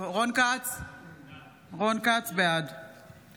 אינו